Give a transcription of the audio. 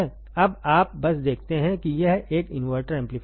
अब आप बस देखते हैं कि यह एक इनवर्टर एम्पलीफायर है